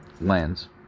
lens